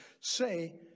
say